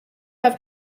have